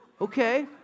okay